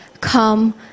come